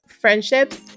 friendships